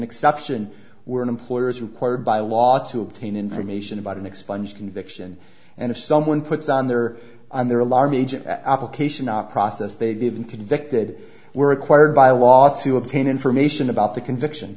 exception were an employer is required by law to obtain information about an expunged conviction and if someone puts on their on their alarm agent application up process they give interdicted were required by law to obtain information about the conviction